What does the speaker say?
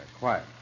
Quiet